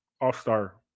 All-Star